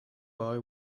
boy